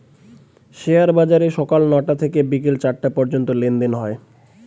share বাজারে সকাল নয়টা থেকে বিকেল চারটে পর্যন্ত লেনদেন হয়